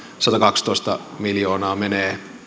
satakaksitoista miljoonaa menee